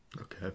Okay